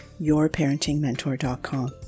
yourparentingmentor.com